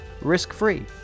risk-free